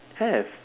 have